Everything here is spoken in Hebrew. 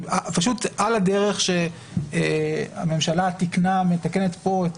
על הדרך שהממשלה תיקנה ומתקנת כאן את